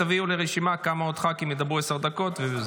תביאו לי רשימה כמה עוד ח"כים ידברו עשר דקות.